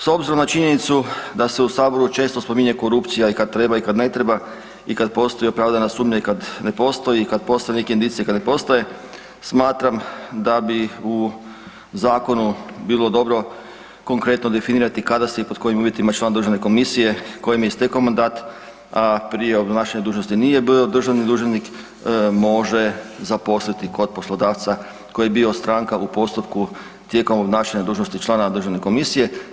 S obzirom na činjenicu sa se u Saboru često spominje korupcija i kad treba i kad treba i kad postoji opravdana sumnja i kad ne postoji i kad postoje neke indicije i kad ne postoje, smatram da bi u zakonu bilo dobro konkretno definirati kada se i pod kojim uvjetima član državne komisije kojem je istekao mandat, a prije obnašanja dužnosti nije bio državni dužnosnik može zaposliti kod poslodavca koji je bio stranka u postupku tijekom obnašanja dužnosti člana državne komisije.